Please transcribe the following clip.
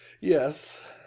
Yes